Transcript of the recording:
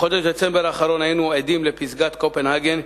בחודש דצמבר האחרון היינו עדים לפסגת קופנהגן,